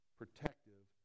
protective